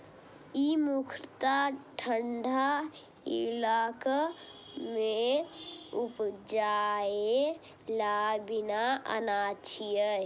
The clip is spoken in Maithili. ई मुख्यतः ठंढा इलाका मे उपजाएल जाइ बला अनाज छियै